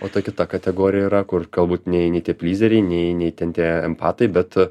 o ta kita kategorija yra kur galbūt nei nei tie plyzeriai nei nei ten tie empatai bet